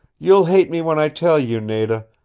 you'll hate me when i tell you, nada.